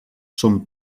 són